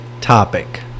topic